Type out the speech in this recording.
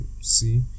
see